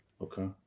Okay